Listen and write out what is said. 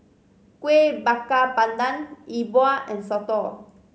Kuih Bakar Pandan Yi Bua and soto